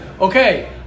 okay